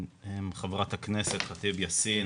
חברת הכנסת ח'טיב יאסין,